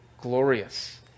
glorious